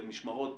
במשמרות,